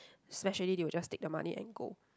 smash already they will just take the money and go